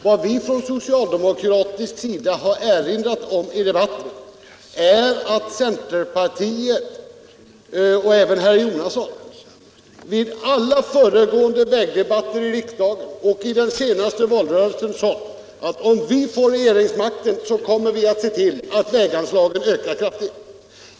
Vad vi från socialdemokratiskt håll har erinrat om i debatten är att centerpartiet — och även herr Jonasson — vid alla föregående vägdebatter i riksdagen liksom i den senaste valrörelsen sagt att om man får regeringsmakten kommer man att se till att väganslagen ökar kraftigt.